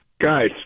Guys